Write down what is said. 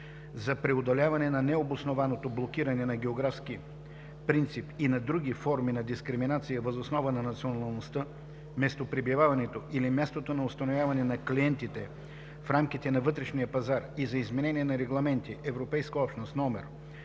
за преодоляване на необоснованото блокиране на географски принцип и на други форми на дискриминация въз основа на националността, местопребиваването или мястото на установяване на клиентите в рамките на вътрешния пазар и за изменение на регламенти (ЕО) №